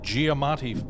Giamatti